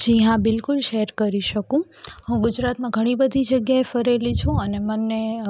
જી હા બિલકુલ શેર કરી શકું હું ગુજરાતમાં ઘણી બધી જગ્યાએ ફરેલી છું અને મને